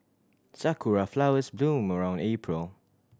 sakura flowers bloom around April